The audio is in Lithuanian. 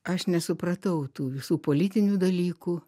aš nesupratau tų visų politinių dalykų